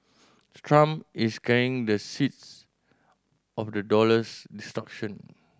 Trump is carrying the seeds of the dollar's destruction